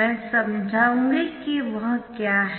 मैं समझाऊंगी कि वह क्या है